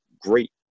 great